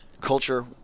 culture